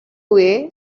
way